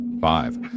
Five